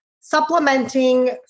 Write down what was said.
Supplementing